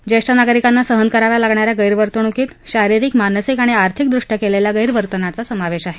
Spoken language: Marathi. ज्येष्ठ नागरिकांना सहन कराव्या लागणा या गैरवर्तणूकीमधे शारिरिक मानसिक आणि आर्थिक दृष्ट्या केलेल्या गैरवर्तनाचा समावेश आहे